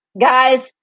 Guys